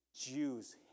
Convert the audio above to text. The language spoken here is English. Jews